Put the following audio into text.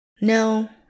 No